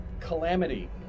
Calamity